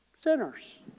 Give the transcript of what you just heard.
sinners